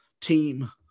team